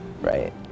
right